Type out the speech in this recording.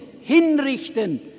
hinrichten